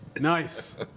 Nice